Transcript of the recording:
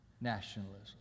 nationalism